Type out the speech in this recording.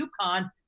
UConn